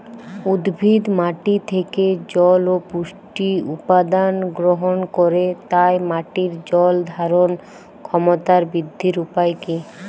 উদ্ভিদ মাটি থেকে জল ও পুষ্টি উপাদান গ্রহণ করে তাই মাটির জল ধারণ ক্ষমতার বৃদ্ধির উপায় কী?